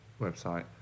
website